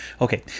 Okay